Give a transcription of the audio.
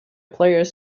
players